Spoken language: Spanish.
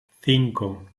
cinco